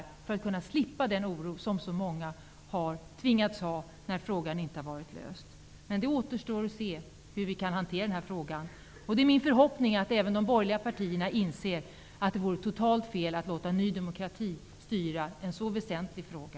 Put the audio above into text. Jag hoppas att de nu skall slippa den oro som så många har känt när denna fråga inte har lösts. Men det återstår att se hur frågan kan hanteras. Det är min förhoppning att även de borgerliga partierna inser att det vore totalt fel att låta Ny demokrati styra en så väsentlig fråga.